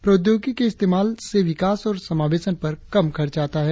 प्रौद्योगिकी के इस्तेमाल से विकास और समावेशन पर कम खर्च आता है